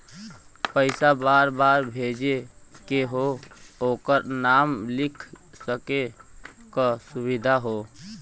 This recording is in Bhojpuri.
पइसा बार बार भेजे के हौ ओकर नाम लिख सके क सुविधा हौ